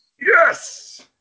Yes